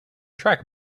track